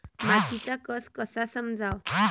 मातीचा कस कसा समजाव?